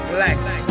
Blacks